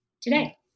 today